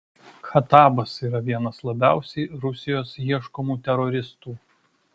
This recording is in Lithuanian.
khatabas yra vienas labiausiai rusijos ieškomų teroristų